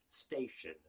station